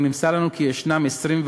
נמסר לנו כי יש 24 תקנים,